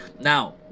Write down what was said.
Now